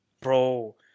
Bro